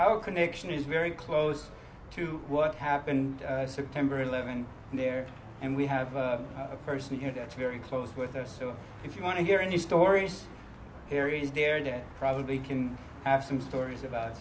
our connection is very close to what happened september eleventh there and we have a person here that's very close with us so if you want to hear any stories here it is their dad probably can have some stories about